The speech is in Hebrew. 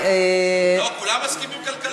התשע"ז 2017,